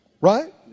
Right